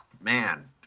man